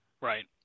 Right